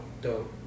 Dope